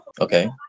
Okay